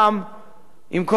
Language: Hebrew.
עם כל הכאב שבדבר.